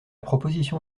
proposition